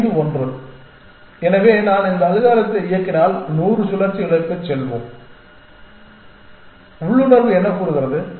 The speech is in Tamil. ஐந்து ஒன்று எனவே நான் இந்த அல்காரிதத்தை இயக்கினால் நூறு சுழற்சிகளுக்குச் சொல்வோம் உள்ளுணர்வு என்ன கூறுகிறது